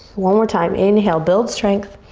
one more time, inhale, build strength